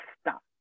stop